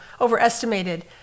overestimated